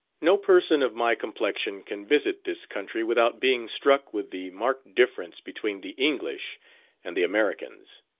no person of my complexion can visit this country without being struck with the marked difference between the english and the americans.